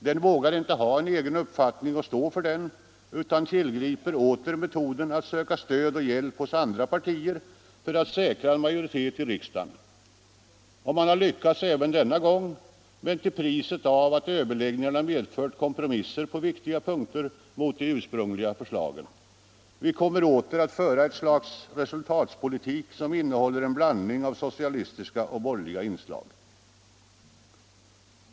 Den vågar inte ha en egen uppfattning och stå för den, utan den tillgriper åter metoden att söka stöd och hjälp hos andra partier för att säkra en majoritet i riksdagen. Man har lyckats även denna gång, men till priset av att överläggningarna medfört kompromisser på viktiga punkter mot de ursprungliga förslagen. Vi kommer åter att föra ett slags ”resultatpolitik”, som innehåller en blandning av socialistiska och borgerliga inslag.